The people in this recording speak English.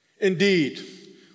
Indeed